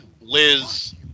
Liz